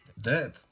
Dead